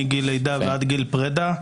מגיל לידה ועד גיל פרדה.